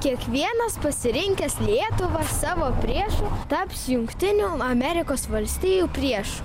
kiekvienas pasirinkęs lietuvą savo priešu taps jungtinių amerikos valstijų priešu